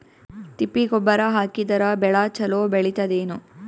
ತಿಪ್ಪಿ ಗೊಬ್ಬರ ಹಾಕಿದರ ಬೆಳ ಚಲೋ ಬೆಳಿತದೇನು?